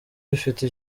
ifite